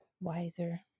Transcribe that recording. wiser